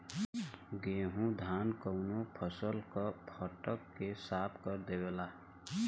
गेहू धान कउनो फसल क फटक के साफ कर देवेला